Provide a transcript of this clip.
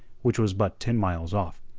which was but ten miles off.